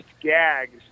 gags